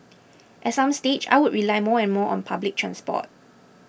at some stage I will rely more and more on public transport